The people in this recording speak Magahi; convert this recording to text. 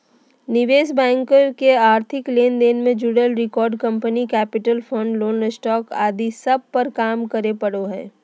निवेश बैंकर के आर्थिक लेन देन से जुड़ल record, company capital, fund, loan, stock आदि सब पर काम करे पड़ो हय